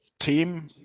Team